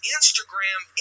Instagram